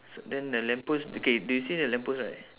s~ then the lamp post okay do you see the lamp post right